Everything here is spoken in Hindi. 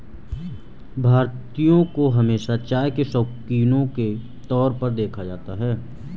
भारतीयों को हमेशा चाय के शौकिनों के तौर पर देखा जाता है